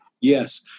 Yes